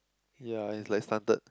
ya it's like slanted